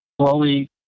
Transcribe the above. Slowly